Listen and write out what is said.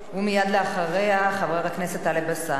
ומייד לאחריה, חבר הכנסת טלב אלסאנע.